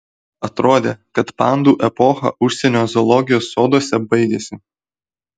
atrodė kad pandų epocha užsienio zoologijos soduose baigėsi